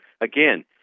again